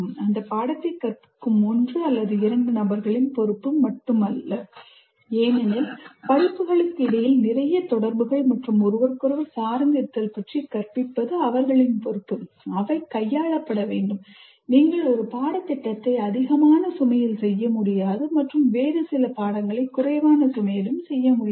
அந்த பாடத்தை கற்பிக்கும் ஒன்று அல்லது இரண்டு நபர்களின் பொறுப்பு மட்டுமல்ல ஏனெனில் படிப்புகளுக்கு இடையில் நிறைய தொடர்புகள் மற்றும் ஒருவருக்கொருவர் சார்ந்து இருத்தல் பற்றி கற்பிப்பது அவர்களின் பொறுப்பு அவை கையாளப்பட வேண்டும் நீங்கள் ஒரு பாடத்திட்டத்தை அதிகமான சுமையில் செய்ய முடியாது மற்றும் வேறு சில பாடங்களை குறைவான சுமையில் செய்ய முடியாது